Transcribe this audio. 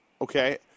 Okay